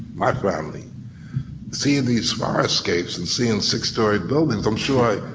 my family see these fire escapes and see in six story buildings, i'm sure.